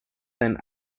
than